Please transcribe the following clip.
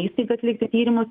įstaigą atlikti tyrimus